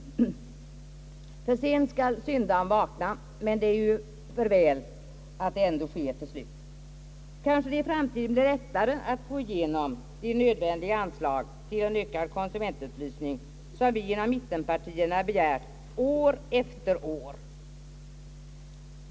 För sent skall syndaren vakna! Men det är för väl att det ändå sker till slut. Kanske det i framtiden blir lättare att få igenom de nödvändiga anslag till en ökad konsumentupplysning som vi inom mittenpartierna begärt år efter år.